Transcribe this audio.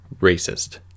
racist